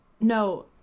No